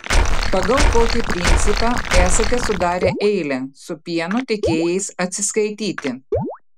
pagal kokį principą esate sudarę eilę su pieno tiekėjais atsiskaityti